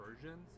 versions